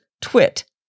Twit